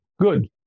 Good